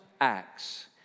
acts